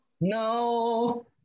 No